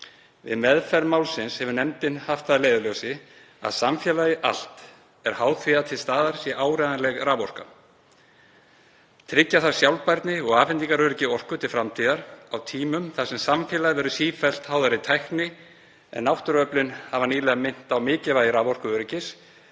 Við meðferð málsins hefur nefndin haft það að leiðarljósi að samfélagið allt er háð því að til staðar sé áreiðanleg raforka. Tryggja þurfi sjálfbærni og afhendingaröryggi orku til framtíðar á tímum þar sem samfélagið verður sífellt háðara tækni en náttúruöflin hafa nýlega minnt á mikilvægi raforkuöryggis